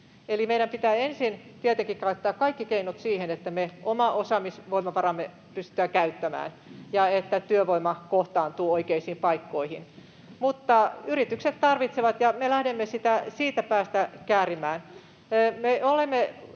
Eli meidän pitää ensin tietenkin käyttää kaikki keinot siihen, että me omaa osaamisvoimavaraamme pystytään käyttämään ja että työvoima kohtaantuu oikeisiin paikkoihin. Mutta yritykset tarvitsevat, ja me lähdemme sitä siitä päästä käärimään. Me olemme